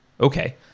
okay